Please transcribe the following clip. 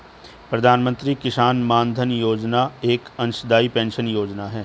प्रधानमंत्री किसान मानधन योजना एक अंशदाई पेंशन योजना है